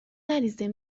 نریزیم